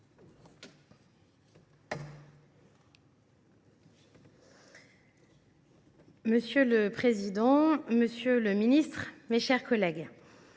Monsieur le président, monsieur le ministre, mes chers collègues,